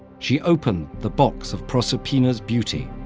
she opened the box of proserpina's beauty,